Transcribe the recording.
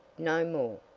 no more!